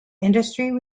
industry